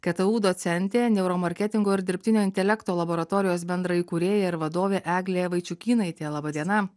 ktu docentė neuromarketingo ir dirbtinio intelekto laboratorijos bendra įkūrėja ir vadovė eglė vaičiukynaitė laba diena